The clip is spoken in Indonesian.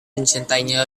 mencintainya